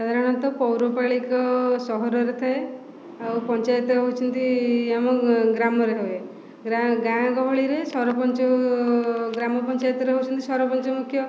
ସାଧାରଣତଃ ପୌରପାଳିକା ସହରରେ ଥାଏ ଆଉ ପଞ୍ଚାୟତ ହେଉଛନ୍ତି ଆମ ଗ୍ରାମରେ ହୁଏ ଗାଁ ଗହଳିରେ ସରପଞ୍ଚ ଗ୍ରାମ ପଞ୍ଚାୟତରେ ହେଉଛନ୍ତି ସରପଞ୍ଚ ମୁଖ୍ୟ